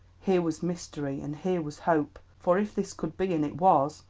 here was mystery, and here was hope, for if this could be, and it was,